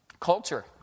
culture